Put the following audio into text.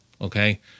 okay